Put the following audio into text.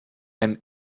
and